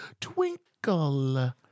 twinkle